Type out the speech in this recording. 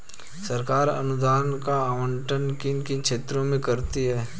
सरकार अनुदान का आवंटन किन किन क्षेत्रों में करती है?